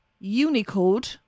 Unicode